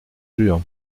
jure